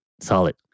solid